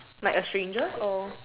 like a stranger or